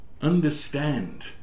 understand